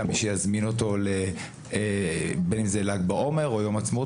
מי שיזמין אותו אם זה ל"ג בעומר או יום העצמאות,